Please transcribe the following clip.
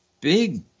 big